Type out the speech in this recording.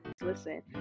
listen